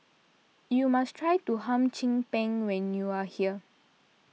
you must try Hum Chim Peng when you are here